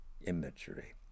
imagery